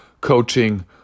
coaching